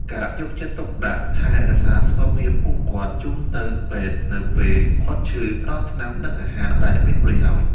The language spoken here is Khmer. ការយកចិត្តទុកដាក់ថែរក្សាសុខភាពពួកគាត់ ជូនទៅពេទ្យនៅពេលគាត់ឈឺ ផ្តល់ថ្នាំ និងអាហារដែលមានប្រយោជន៍។